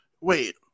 wait